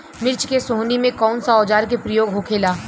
मिर्च के सोहनी में कौन सा औजार के प्रयोग होखेला?